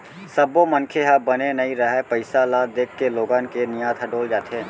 सब्बो मनखे ह बने नइ रहय, पइसा ल देखके लोगन के नियत ह डोल जाथे